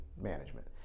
management